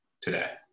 today